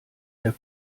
der